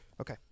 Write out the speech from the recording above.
Okay